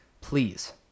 please